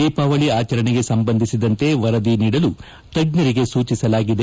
ದೀಪಾವಳಿ ಆಚರಣೆಗೆ ಸಂಬಂಧಿಸಿದಂತೆ ವರದಿ ನೀಡಲು ತಜ್ಞರಿಗೆ ಸೂಚಿಸಲಾಗಿದೆ